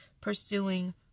pursuing